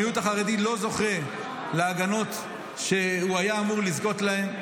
המיעוט החרדי לא זוכה להגנות שהוא היה אמור לזכות להן.